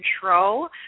control